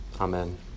amen